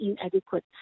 inadequate